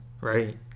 Right